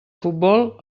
futbol